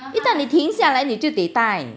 一旦你停下来你就得带